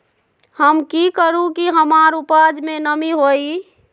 हम की करू की हमार उपज में नमी होए?